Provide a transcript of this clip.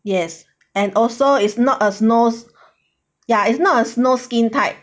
yes and also is not a snow ya is not a snow skin type